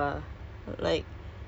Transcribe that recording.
ya lah it's hard to eh